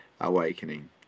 awakening